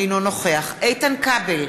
אינו נוכח איתן כבל,